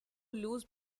loose